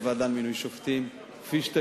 הוועדה לבחירת שופטים, זה מבחירה